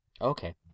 Okay